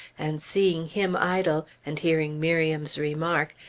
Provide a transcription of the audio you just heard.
and seeing him idle, and hearing miriam's remark,